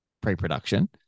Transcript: pre-production